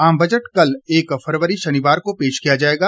आम बजट कल एक फरवरी शनिवार को पेश किया जाएगा